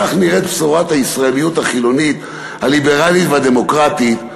כך נראית בשורת הישראליות החילונית הליברלית והדמוקרטית.